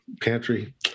pantry